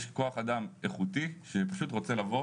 יש כוח אדם איכותי שפשוט רוצה לבוא